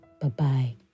Bye-bye